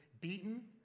beaten